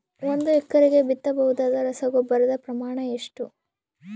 ಒಂದು ಎಕರೆಗೆ ಬಿತ್ತಬಹುದಾದ ರಸಗೊಬ್ಬರದ ಪ್ರಮಾಣ ಎಷ್ಟು?